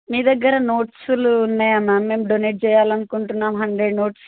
మీ దగ్గర నోట్సులు ఉన్నాయా మ్యామ్ మేము డొనేట్ చేయాలి అనుకుంటున్నాం హండ్రెడ్ నోట్స్